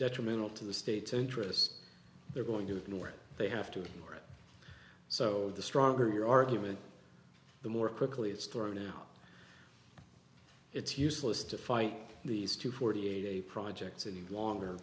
detrimental to the state's interest they're going to ignore it they have to so the stronger your argument the more quickly it's thrown out it's useless to fight these two forty eight projects and longer